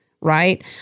Right